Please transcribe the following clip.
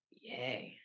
Yay